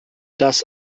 das